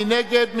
מי נגד?